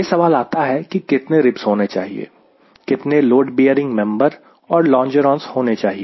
यह सवाल आता है कि ऐसे कितने रिब्ज होने चाहिए कितने लोड बियरिंग मेंबर और लोंगेरोन्स होने चाहिए